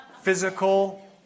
Physical